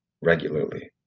regularly